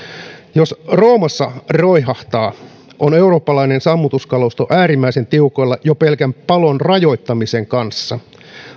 jos roomassa roihahtaa on eurooppalainen sammutuskalusto äärimmäisen tiukoilla jo pelkän palon rajoittamisen kanssa